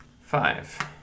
Five